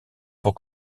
pour